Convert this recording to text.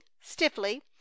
stiffly